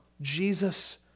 Jesus